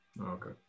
Okay